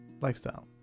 Lifestyle